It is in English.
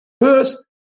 First